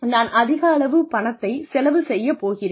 நான் அதிகளவு பணத்தை செலவு செய்யப் போகிறேன்